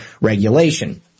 regulation